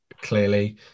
clearly